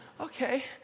okay